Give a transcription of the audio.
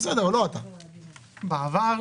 בעבר,